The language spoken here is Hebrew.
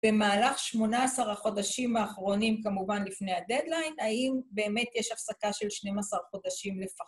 במהלך שמונה עשר החודשים האחרונים, כמובן לפני הדדליין, האם באמת יש הפסקה של 12 חודשים לפחות?